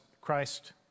Christ